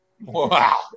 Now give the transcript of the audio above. Wow